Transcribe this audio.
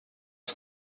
ist